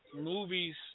movies